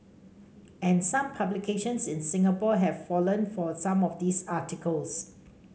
and some publications in Singapore have fallen for some of these articles